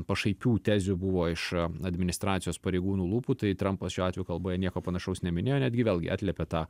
pašaipių tezių buvo iš administracijos pareigūnų lūpų tai trampas šiuo atveju kalboje nieko panašaus neminėjo netgi vėlgi atliepė tą